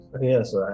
Yes